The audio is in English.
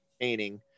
painting